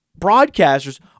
broadcasters